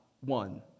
one